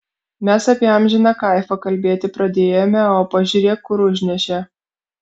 mes apie amžiną kaifą kalbėti pradėjome o pažiūrėk kur užnešė